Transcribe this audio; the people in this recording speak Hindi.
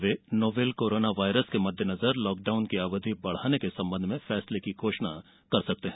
वे नोवेल कोरोना वायरस के मद्देनजर लॉकडाउन की अवधि बढ़ाने के संबंध में फैसले की घोषणा कर सकते हैं